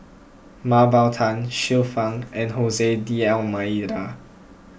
Mah Bow Tan Xiu Fang and Jose D'Almeida